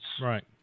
right